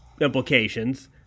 implications